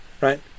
right